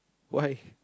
why